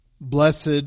Blessed